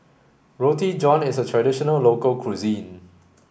Roti John is a traditional local cuisine